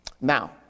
Now